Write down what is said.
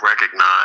recognize